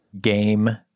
Game